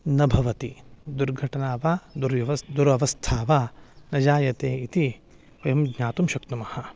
न भवति दुर्घटना वा दुरवस्था दुरवस्था वा न जायते इति वयं ज्ञातुं शक्नुमः